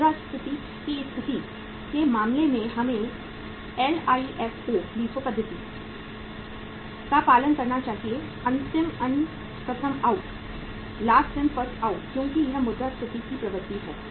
मुद्रास्फीति की स्थिति के मामले में हमें एलआईएफओ पद्धति का पालन करना चाहिए अंतिम इन प्रथम आउट क्योंकि यह मुद्रास्फीति की प्रवृत्ति है